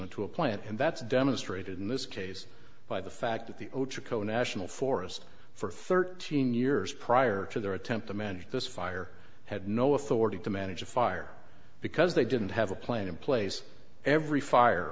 pursuant to a plan and that's demonstrated in this case by the fact that the national forest for thirteen years prior to their attempt to manage this fire had no authority to manage a fire because they didn't have a plan in place every fire